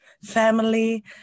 family